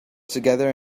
together